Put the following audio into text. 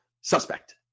suspect